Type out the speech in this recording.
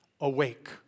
Awake